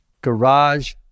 Garage